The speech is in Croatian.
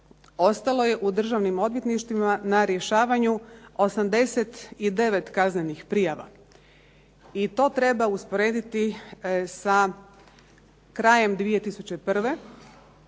ostalo je u državnim odvjetništvima na rješavanju 89 kaznenih prijava. I to treba usporediti da krajem 2001.